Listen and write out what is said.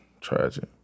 tragic